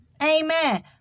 Amen